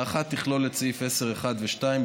האחת תכלול את סעיף 10(1) ו-(2),